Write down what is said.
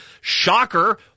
shocker